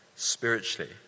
spiritually